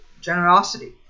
generosity